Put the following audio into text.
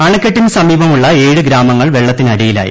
അണക്കെട്ടിന് സമീപമുള്ള ഏഴ് ഗ്രാമങ്ങൾ വെള്ളത്തിനടിയിലായി